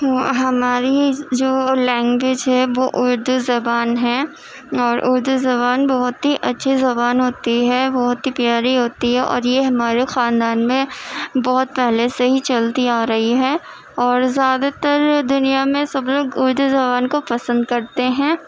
ہماری جو لینگویج ہے وہ اردو زبان ہے اور اردو زبان بہت ہی اچھی زبان ہوتی ہے بہت ہی پیاری ہوتی ہے اور یہ ہمارے خاندان میں بہت پہلے سے ہی چلتی آ رہی ہے اور زیادہ تر دنیا میں سب لوگ اردو زبان کو پسند کرتے ہیں